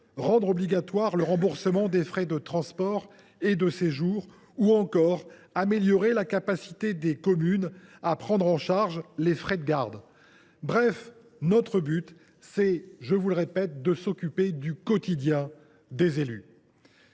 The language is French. rendre obligatoire le remboursement des frais de transport et de séjour ou encore améliorer la capacité des communes à prendre en charge les frais de garde. Bref, notre but, c’est de nous occuper du quotidien des élus.